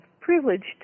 privileged